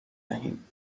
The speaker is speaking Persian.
دهیم